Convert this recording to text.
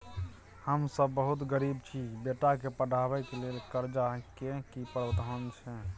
हम सब बहुत गरीब छी, बेटा के पढाबै के लेल कर्जा के की प्रावधान छै?